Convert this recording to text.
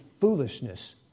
foolishness